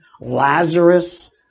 Lazarus